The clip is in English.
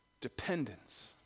Dependence